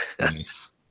Nice